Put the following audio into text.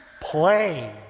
plain